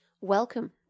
Welcome